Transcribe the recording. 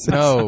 no